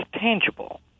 tangible